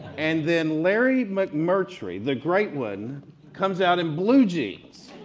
and then larry mcmurtry the great one comes out in blue jeans.